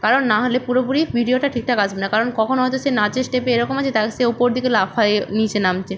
কারণ না হলে পুরোপুরি ভিডিওটা ঠিকঠাক আসবে না কারণ কখনও হয়তো সে নাচের স্টেপে এরকম আছে তাহলে সে ওপর দিকে লাফিয়ে নিচে নামছে